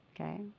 okay